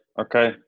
okay